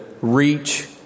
reach